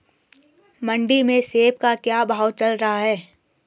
मंडी में सेब का क्या भाव चल रहा है?